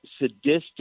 sadistic